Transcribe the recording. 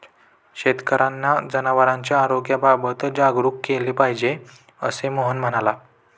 शेतकर्यांना जनावरांच्या आरोग्याबाबत जागरूक केले पाहिजे, असे मोहन म्हणाला